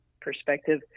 perspective